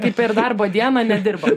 kaip ir darbo dieną nedirba